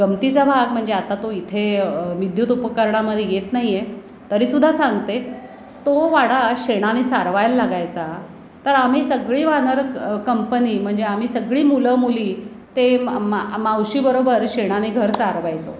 गंमतीचा भाग म्हणजे आता तो इथे विद्युत उपकरणामध्ये येत नाही आहे तरी सुद्धा सांगते तो वाडा शेणाने सारवायला लागायचा तर आम्ही सगळी वानर कंपनी म्हणजे आम्ही सगळी मुलं मुली ते मा मा मावशी बरोबर शेणाने घर सारवायचो